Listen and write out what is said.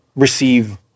receive